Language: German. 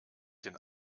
den